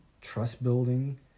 trust-building